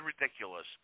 ridiculous